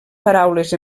paraules